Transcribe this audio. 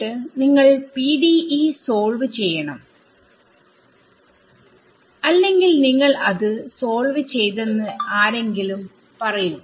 എന്നിട്ട് നിങ്ങൾ PDE solve ചെയ്യണം അല്ലെങ്കിൽ നിങ്ങൾ അത് സോൾവ് ചെയ്തെന്ന് ആരെങ്കിലും പറയും